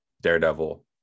Daredevil